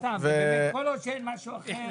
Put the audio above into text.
כל עוד אין משהו אחר,